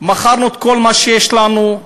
מכרנו את כל מה שיש לנו,